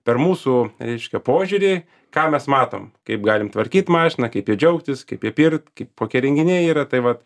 per mūsų reiškia požiūrį ką mes matom kaip galim tvarkyt mašiną kaip ja džiaugtis kaip įpirkt kaip kokie renginiai yra tai vat